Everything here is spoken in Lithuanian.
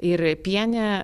ir pienė